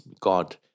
god